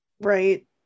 Right